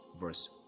verse